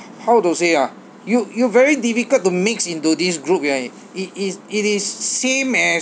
how to say ah you you very difficult to mix into this group you it it it is same as